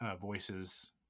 voices